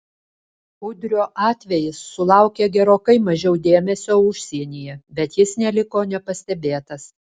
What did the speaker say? udrio atvejis sulaukė gerokai mažiau dėmesio užsienyje bet jis neliko nepastebėtas